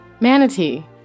Manatee